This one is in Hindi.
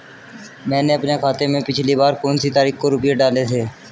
मैंने अपने खाते में पिछली बार कौनसी तारीख को रुपये डाले थे?